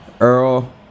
Earl